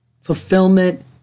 fulfillment